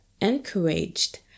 encouraged